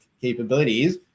capabilities